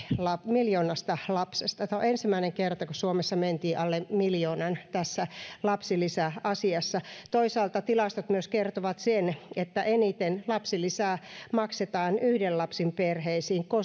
miljoonasta lapsesta tämä on ensimmäinen kerta kun suomessa mentiin alle miljoonan tässä lapsilisäasiassa toisaalta tilastot kertovat myös sen että eniten lapsilisää maksetaan yhden lapsen perheisiin